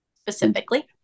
Specifically